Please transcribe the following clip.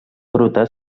bruta